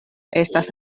estas